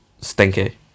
stinky